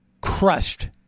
crushed